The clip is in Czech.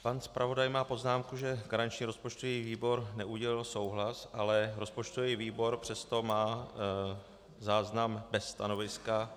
Pan zpravodaj má poznámku, že garanční rozpočtový výbor neudělil souhlas, ale rozpočtový výbor přesto má záznam bez stanoviska.